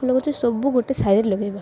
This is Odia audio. ଫୁଲ ଗଛ ସବୁ ଗୋଟେ ସାଇଡ଼୍ରେ ଲଗାଇବା